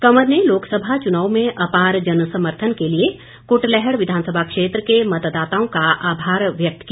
कंवर ने लोकसभा चुनाव में आपार जनसमर्थन के लिए कुटलैहड़ विधानसभा क्षेत्र के मतदाताओं का आभार व्यक्त किया